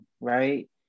right